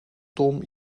tom